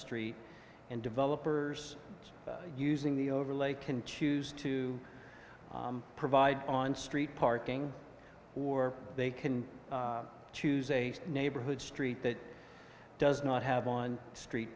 street and developers using the overlay can choose to provide on street parking or they can choose a neighborhood street that does not have on street